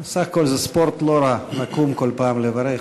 בסך הכול זה ספורט לא רע, לקום כל פעם לברך.